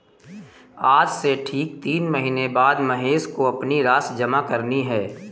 आज से ठीक तीन महीने बाद महेश को अपनी राशि जमा करनी है